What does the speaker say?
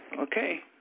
Okay